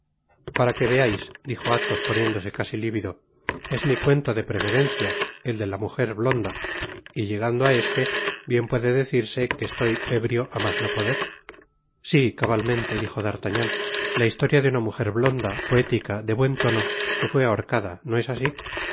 para que veais dijo athos poniéndose casi lívido es mi cuento de preferencia el de la mujer blonda y en llegando á ese bien puede decirse que asn toy ébrio á mas no poder sí cabalmente dijo d'artagnan la historia de la mujer blonda poética de buen tono que fué ahorcada no es asi